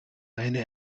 eine